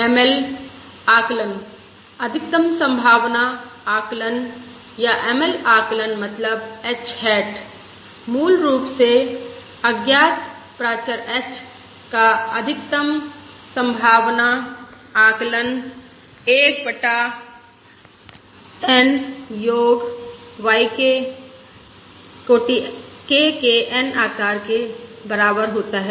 ML आकलन अधिकतम संभावना आकलन या ML आकलन मतलब h हैट मूल रूप से अज्ञात प्राचर h का अधिकतम संभावना आकलन 1 बटा N योग yK कोटि K के N आकार के बराबर होता है